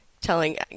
telling